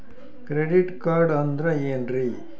Credit card ಅಂದ್ರ ಏನ್ರೀ?